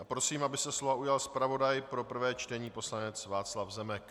Prosím, aby se slova ujal zpravodaj pro prvé čtení poslanec Václav Zemek.